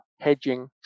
hedging